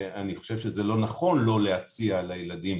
ואני חושב שזה לא נכון לא להציע לילדים